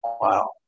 Wow